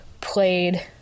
played